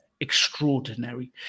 Extraordinary